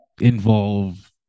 involve